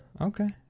okay